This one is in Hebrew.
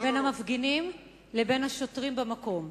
בין המפגינים לבין השוטרים במקום.